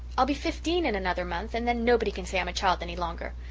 i'll be fifteen in another month, and then nobody can say i'm a child any longer.